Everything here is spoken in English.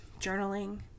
journaling